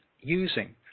using